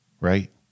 right